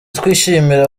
twishimira